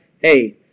hey